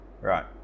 right